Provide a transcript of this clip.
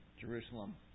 Jerusalem